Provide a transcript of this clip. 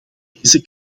deze